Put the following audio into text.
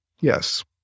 yes